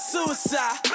Suicide